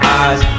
eyes